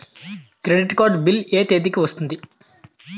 Credit card bill ఎ తేదీ కి వస్తుంది?